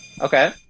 okay